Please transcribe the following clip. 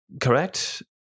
Correct